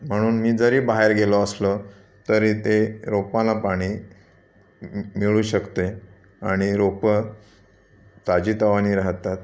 म्हणून मी जरी बाहेर गेलो असलो तरी ते रोपांना पाणी मिळू शकते आणि रोपं ताजीतवानी राहतात